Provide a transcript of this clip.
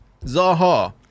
Zaha